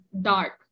dark